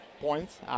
points